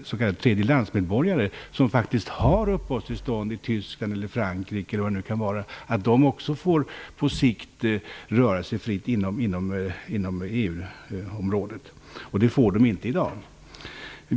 s.k. tredjelandsmedborgare, som faktiskt har uppehållstillstånd i exempelvis Tyskland eller Frankrike, så att de också på sikt kan få möjlighet att röra sig fritt inom EU-området. Det får de inte i dag.